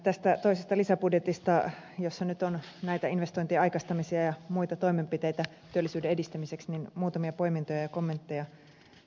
tästä toisesta lisäbudjetista jossa nyt on näitä investointien aikaistamisia ja muita toimenpiteitä työllisyyden edistämiseksi muutamia poimintoja ja kommentteja niihin